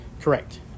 correct